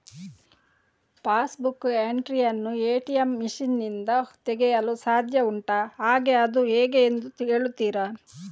Pass book entry ಯನ್ನು ATM machine ನಿಂದ ತೆಗೆಯಲು ಸಾಧ್ಯ ಉಂಟಾ ಹಾಗೆ ಅದು ಹೇಗೆ ಎಂದು ಹೇಳುತ್ತೀರಾ?